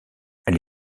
elle